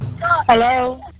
Hello